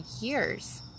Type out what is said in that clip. years